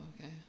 okay